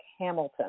Hamilton